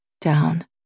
down